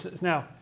Now